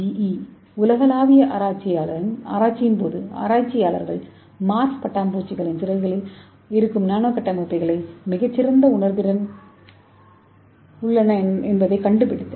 GE உலகளாவிய ஆராய்ச்சியின் ஆராய்ச்சியாளர்கள் மார்ப் பட்டாம்பூச்சிகளின் சிறகுகளில் இருக்கும் நானோ கட்டமைப்புகள் மிகச் சிறந்த உணர்திறன் திறனைக் கொண்டுள்ளன என்பதைக் கண்டுபிடித்தனர்